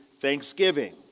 Thanksgiving